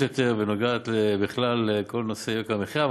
יותר ונוגעת בכלל לכל נושא יוקר המחיה.